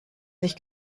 sich